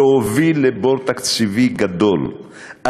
והוביל לבור תקציבי גדול,